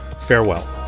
farewell